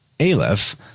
Aleph